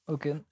Okay